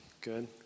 Good